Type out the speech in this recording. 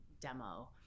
demo